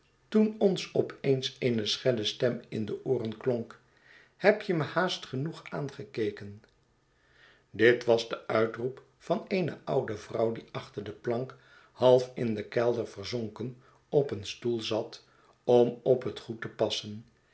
toen ons op eens eene schelle stem in de ooren klonk heb je me haast genoeg aangekeken dit was de uitroep van eene oude vrouw die achter de plank half in den kelder verzonken op een stoelzat om op het goed te passen